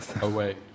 away